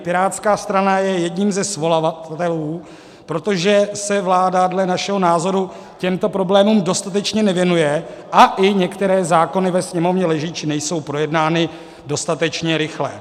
Pirátská strana je jedním ze svolavatelů, protože se vláda dle našeho názoru těmto problémům dostatečně nevěnuje a i některé zákony ve Sněmovně leží či nejsou projednávány dostatečně rychle.